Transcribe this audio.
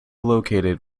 located